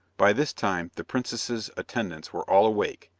by this time the princess's attendants were all awake,